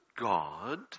God